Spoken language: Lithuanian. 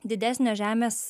didesnio žemės